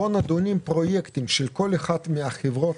בו נידונים פרויקטים של כל אחת מהחברות